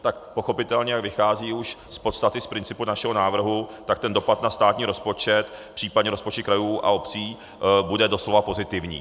Tak pochopitelně vychází už z podstaty, z principu našeho návrhu, ten dopad na státní rozpočet, případně rozpočty krajů a obcí bude doslova pozitivní.